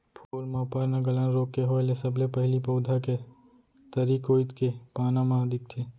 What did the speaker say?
फूल म पर्नगलन रोग के होय ले सबले पहिली पउधा के तरी कोइत के पाना म दिखथे